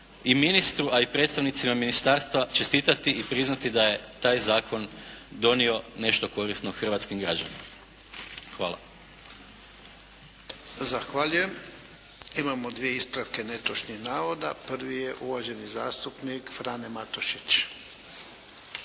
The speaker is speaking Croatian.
i ministru, a i predstavnicima ministarstva čestita i priznati da je taj zakon donio nešto korisno hrvatskim građanima. Hvala. **Jarnjak, Ivan (HDZ)** Zahvaljujem. Imamo dvije ispravke netočnih navoda. Prvi je uvaženi zastupnik Frano Matušić.